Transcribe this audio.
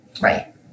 Right